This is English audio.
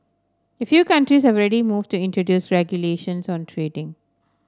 a few countries have already moved to introduce regulations on trading